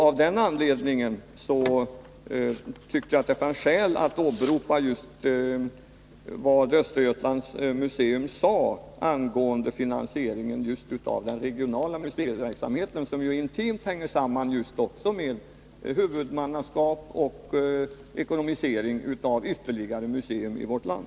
Av den anledningen tyckte jag det fanns skäl att åberopa just vad man från Östergötlands och Linköpings stads museum sade angående finansieringen av den regionala museiverksamheten, som ju intimt hänger samman med de frågor som rör huvudmannaskap och ekonomisering av ytterligare museer i vårt land.